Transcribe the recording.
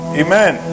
amen